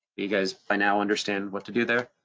you guys by now understand what to do there.